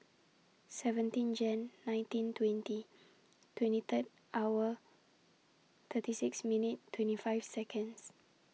seventeen Jan nineteen twenty twenty Third hour thirty six minute twenty five Seconds